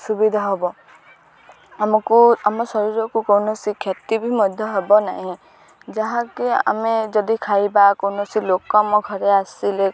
ସୁବିଧା ହେବ ଆମକୁ ଆମ ଶରୀରକୁ କୌଣସି କ୍ଷତି ବି ମଧ୍ୟ ହେବ ନାହିଁ ଯାହାକି ଆମେ ଯଦି ଖାଇବା କୌଣସି ଲୋକ ଆମ ଘରେ ଆସିଲେ